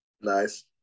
Nice